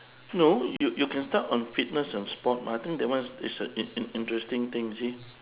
no you you can start on fitness and sport mah I think that one is a in~ in~ interesting thing you see